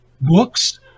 books